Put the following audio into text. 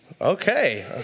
okay